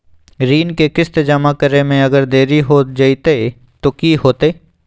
ऋण के किस्त जमा करे में अगर देरी हो जैतै तो कि होतैय?